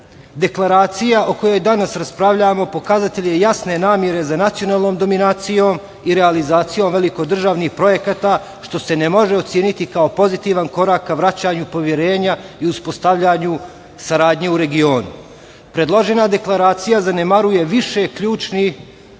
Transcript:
Srbije. Deklaracija o kojoj danas raspravljamo pokazatelj je jasne namere za nacionalnom dominacijom i realizacijom velikodržavnih projekata, što se ne može oceniti kao pozitivan korak ka vraćanju poverenja i uspostavljanja saradnje u regionu. Predložena deklaracija zanemaruje više ključnih